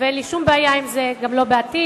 ואין לי שום בעיה עם זה, גם לא בעתיד.